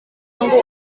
ngo